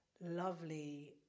lovely